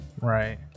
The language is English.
Right